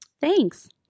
Thanks